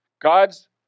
God's